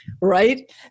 right